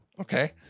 Okay